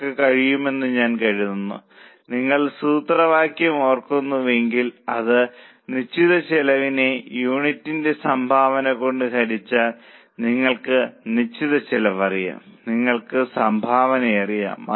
നിങ്ങൾക്ക് കഴിയുമെന്ന് ഞാൻ കരുതുന്നു നിങ്ങൾ സൂത്രവാക്യം ഓർക്കുന്നുവെങ്കിൽ അത് നിശ്ചിത ചെലവിനെ യൂണിറ്റ് സംഭാവന കൊണ്ട് ഹരിച്ചാൽ നിങ്ങൾക്ക് നിശ്ചിത ചെലവ് അറിയാം നിങ്ങൾക്ക് സംഭാവന അറിയാം